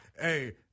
Hey